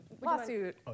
lawsuit